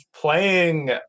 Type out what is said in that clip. playing